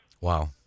Wow